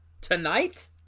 tonight